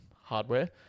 hardware